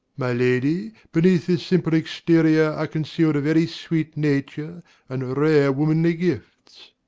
my lady, beneath this simple exterior are concealed a very sweet nature and rare womanly gifts.